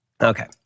Okay